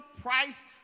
price